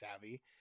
savvy